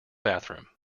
bathroom